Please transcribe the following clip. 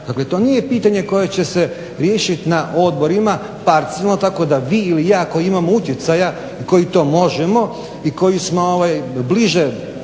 Dakle, to nije pitanje koje će se riješiti na odborima parcijalno tako da vi ili ja koji imamo utjecaja i koji to možemo i koji smo bliže,